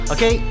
Okay